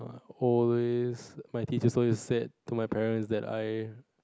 always my teachers always said to my parents that I